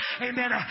Amen